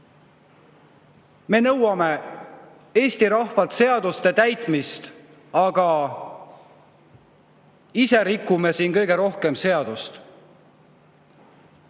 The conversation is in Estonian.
Me nõuame Eesti rahvalt seaduste täitmist, aga ise rikume siin kõige rohkem seadust.